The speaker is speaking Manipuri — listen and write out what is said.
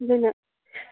ꯑꯗꯨꯅ